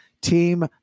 team